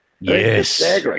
Yes